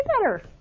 better